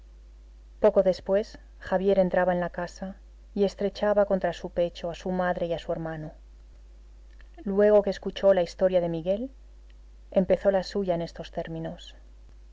poco después javier entraba en la casa y estrechaba contra su pecho a su madre y a su hermano luego que escuchó la historia de miguel empezó la suya en estos términos